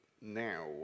now